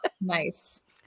nice